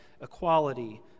equality